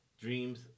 Dreams